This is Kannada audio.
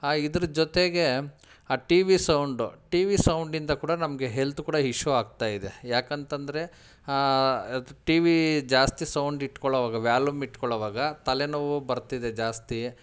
ಇದ್ರ ಜೊತೆಗೆ ಆ T V sound T V ಸೌಂಡಿಂದ ಕೂಡ ನಮಗೆ ಹೆಲ್ತ್ ಕೂಡ ಇಶ್ಯೂ ಆಗ್ತಾಯಿದೆ ಯಾಕಂತಂದರೆ ಟಿ ವಿ ಜಾಸ್ತಿ ಸೌಂಡ್ ಇಟ್ಕೊಳ್ಳೋವಾಗ ವ್ಯಾಲುಮ್ ಇಟ್ಕೊಳ್ಳೋವಾಗ ತಲೆನೋವು ಬರ್ತಿದೆ ಜಾಸ್ತಿ